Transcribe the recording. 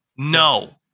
No